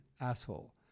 asshole